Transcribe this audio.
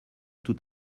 tout